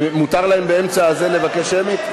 מותר להם באמצע זה לבקש שמית?